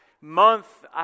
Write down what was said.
month